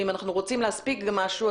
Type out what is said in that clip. ואם אנחנו רוצים גם להספיק משהו,